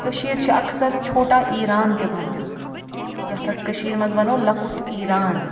کشیٖر چھُ اکثر چھوٹا ایران تہِ ونان یتھ آز کشیٖرِ منٛز ونو لۄکُٹ ایران